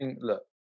look